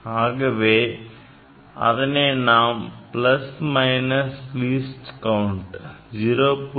ஆகவே அதனை நாம் plus minus least count 0